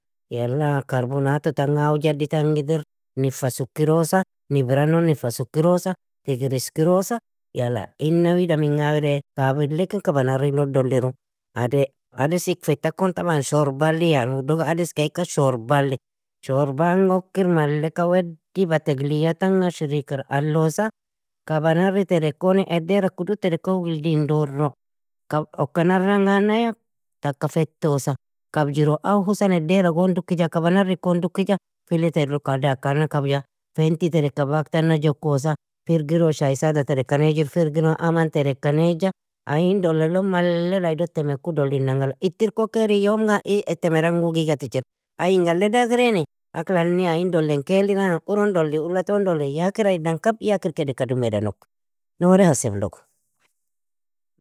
Fenti tereka abak tana jokosa, firgiro shay sada tereka nejir, firgiro aman tereka neja, ayin dolelo malle aydo teme ku dolinan galgi, ittirka okaeri yomga ie_temer angu igatichir, ay inga alledagraeni, akalaani ayin dolenkai li nane, uron doli ulaton doli ya kir aydan kab, ya kir kedeka dumeda nog, nouri haseblogo.